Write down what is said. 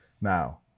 Now